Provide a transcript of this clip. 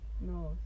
No